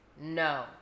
No